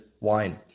Wine